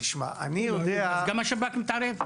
גם אז השב"כ מתערב?